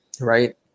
right